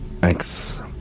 Thanks